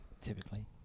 Typically